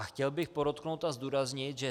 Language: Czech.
Chtěl bych podotknout a zdůraznit, že